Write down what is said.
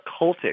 cultic